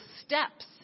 steps